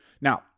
Now